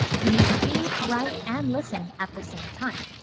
you need to read, write and listen at the same time.